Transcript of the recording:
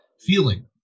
feeling